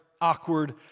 awkward